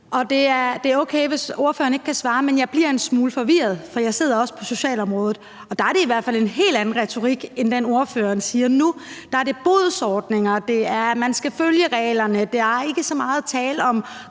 Det er okay, hvis ordføreren ikke kan svare, men jeg bliver en smule forvirret, for jeg sidder også på socialområdet, og der er det i hvert fald en helt anden retorik end den, ordføreren bruger nu. Der er det bodsordninger, og det er, at man skal følge reglerne, og der er ikke så meget tale om